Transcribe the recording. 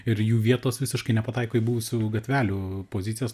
ir jų vietos visiškai nepataiko į buvusių gatvelių pozicijas